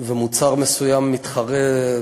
ומוצר מסוים מתחרה,